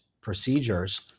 procedures